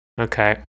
Okay